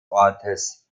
ortes